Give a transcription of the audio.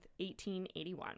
1881